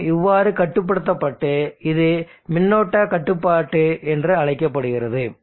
மற்றும் இவ்வாறு கட்டுப்படுத்தப்பட்டு இது மின்னோட்ட கட்டுப்பாடு என்று அழைக்கப்படுகிறது